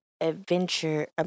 Adventure